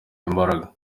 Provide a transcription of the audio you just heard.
imbaraga